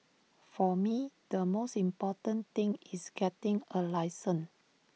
for me the most important thing is getting A license